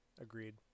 Agreed